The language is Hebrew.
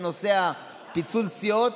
בנושא פיצול סיעות,